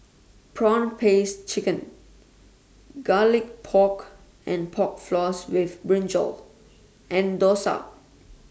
Prawn Paste Chicken Garlic Pork and Pork Floss with Brinjal and Dosa